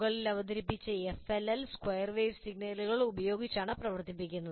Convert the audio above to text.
മുകളിൽ അവതരിപ്പിച്ച FLL square wave സിഗ്നലുകൾ ഉപയോഗിച്ചാണ് പ്രവർത്തിക്കുന്നത്